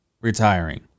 retiring